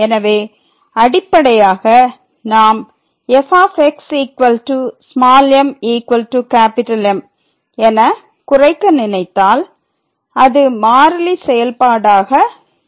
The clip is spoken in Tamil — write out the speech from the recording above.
எனவே அடிப்படையாக நாம் f m M என குறைக்க நினைத்தால் அது மாறிலி செயல்பாடாக இருக்கும்